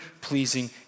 pleasing